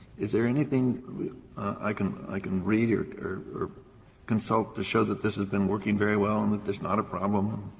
is there anything i can i can read or consult to show that this has been working very well and that there's not a problem?